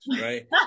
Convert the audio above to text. right